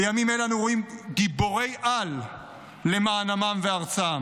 בימים אלה אנו רואים גיבורי-על למען עמם וארצם.